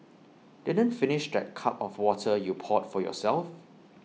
didn't finish that cup of water you poured for yourself